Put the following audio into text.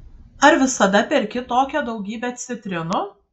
ar visada perki tokią daugybę citrinų